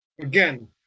Again